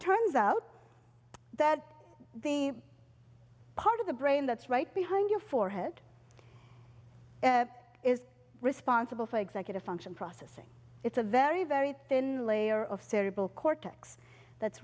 turns out that the part of the brain that's right behind your forehead is responsible for executive function processing it's a very very thin layer of cerebral cortex that's